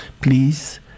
Please